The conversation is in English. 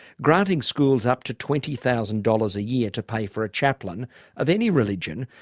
granting schools up to twenty thousand dollars a year to pay for a chaplain of any religion,